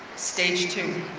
stage two.